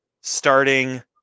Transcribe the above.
starting